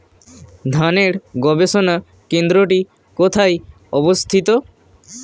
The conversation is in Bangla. ধানের গবষণা কেন্দ্রটি কোথায় অবস্থিত?